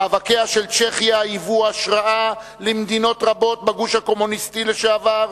מאבקיה של צ'כיה היו השראה למדינות רבות בגוש הקומוניסטי לשעבר,